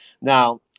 Now